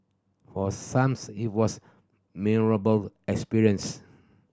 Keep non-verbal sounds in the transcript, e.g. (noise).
for some (unintelligible) it was memorable experience